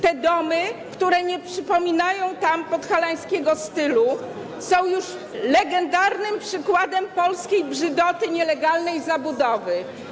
Te domy, które nie przypominają domów w podhalańskim stylu, są już legendarnym przykładem polskiej brzydoty nielegalnej zabudowy.